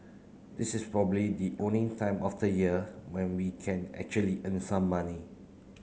this is probably the only time of the year when we can actually earn some money